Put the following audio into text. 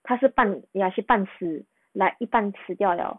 他是半 ya 是半死 like 一半死掉了